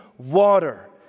Water